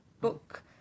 Book